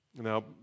Now